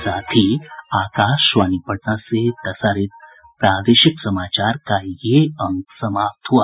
इसके साथ ही आकाशवाणी पटना से प्रसारित प्रादेशिक समाचार का ये अंक समाप्त हुआ